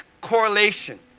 correlation